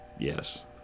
yes